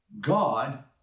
God